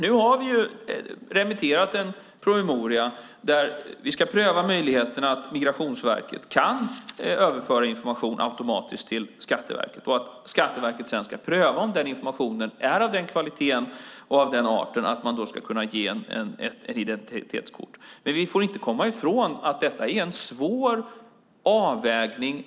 Nu har vi remitterat en promemoria om att pröva möjligheterna för Migrationsverket att överföra information automatiskt till Skatteverket och att Skatteverket sedan ska pröva om den informationen är av den kvaliteten och av den arten att man kan ge ett identitetskort. Men vi får inte komma ifrån att detta är en svår avvägning.